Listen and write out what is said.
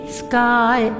sky